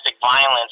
violence